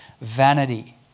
vanity